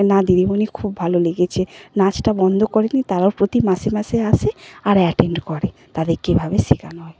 না দিদিমণি খুব ভালো লেগেছে নাচটা বন্ধ করেনি তারাও প্রতি মাসে মাসে আসে আর অ্যাটেন্ড করে তাদেরকে এভাবে শেখানো হয়